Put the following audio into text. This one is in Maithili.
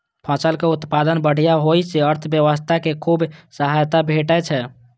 फसलक उत्पादन बढ़िया होइ सं अर्थव्यवस्था कें खूब सहायता भेटै छै